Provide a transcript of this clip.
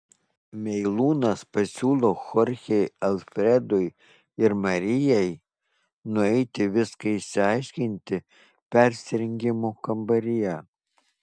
meilūnas pasiūlo chorchei alfredui ir marijai nueiti viską išsiaiškinti persirengimo kambaryje